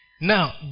Now